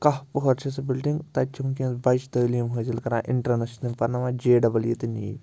کَہہ پُہَر چھِ سُہ بِلڈِنٛگ تَتہِ چھِ وٕنۍکٮ۪نَس بچہِ تٲلیٖم حٲصِل کَران اِنٹرٛینٕس چھِ تِم پرناوان جے ڈَبل ای تہٕ نیٖٹ